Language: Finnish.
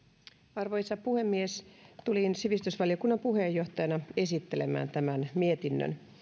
arvoisa puhemies tulin sivistysvaliokunnan puheenjohtajana esittelemään tämän mietinnön